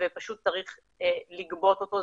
פשוט צריך לגבות אותו.